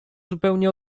zupełnie